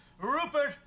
Rupert